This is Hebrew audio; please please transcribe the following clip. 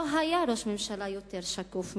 לא היה ראש ממשלה יותר שקוף ממנו.